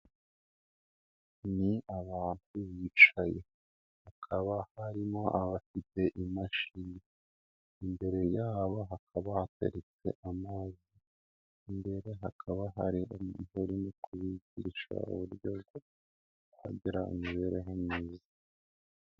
Ni abantu bicaye, hakaba harimo abafite imashini, imbere yabo hakaba hatetse amazi, imbere hakaba hari umugore uri kubigisha uburyo bwo bagira imibereho myiza.